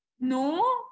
No